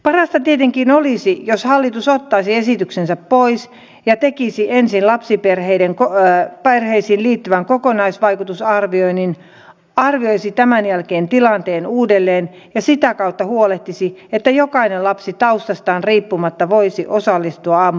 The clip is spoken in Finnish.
parasta tietenkin olisi jos hallitus ottaisi esityksensä pois ja tekisi ensin lapsiperheisiin liittyvän kokonaisvaikutusarvioinnin arvioisi tämän jälkeen tilanteen uudelleen ja sitä kautta huolehtisi että jokainen lapsi taustastaan riippumatta voisi osallistua aamu ja iltapäivätoimintaan